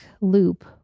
loop